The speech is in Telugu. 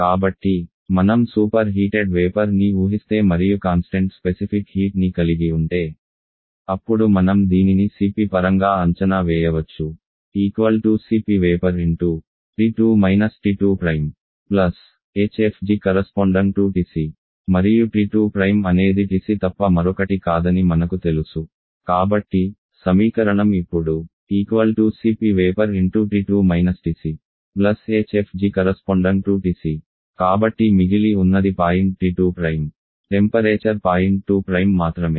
కాబట్టి మనం సూపర్ హీటెడ్ వేపర్ ని ఊహిస్తే మరియు కాన్స్టెంట్ స్పెసిఫిక్ హీట్ ని కలిగి ఉంటే అప్పుడు మనం దీనిని CP పరంగా అంచనా వేయవచ్చు Cp vap T2 − T2 hfg|TC మరియు T2 అనేది Tc తప్ప మరొకటి కాదని మనకు తెలుసు కాబట్టి సమీకరణం ఇప్పుడు Cp vap T2 - TC hfg|TC కాబట్టి మిగిలి ఉన్నది పాయింట్ T2 టెంపరేచర్ పాయింట్ 2 మాత్రమే